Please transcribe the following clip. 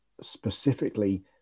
specifically